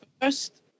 first